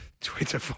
Twitter